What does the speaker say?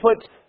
put